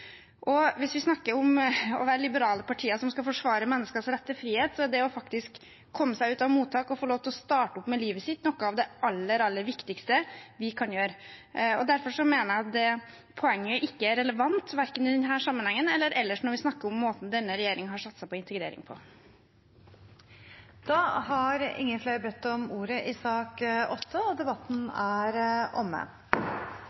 Hvis vi skal snakke om å være liberale partier som skal forsvare menneskers rett til frihet, er det å komme seg ut av mottak og få lov til å starte livet sitt noe av det aller viktigste vi kan gjøre. Derfor mener jeg at det poenget ikke er relevant, verken i denne sammenhengen eller ellers når vi snakker om måten denne regjeringen har satset på integrering på. Flere har ikke bedt om ordet til sak